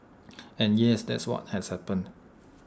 and yes that's what has happened